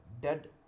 dead